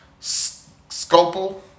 scopal